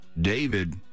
David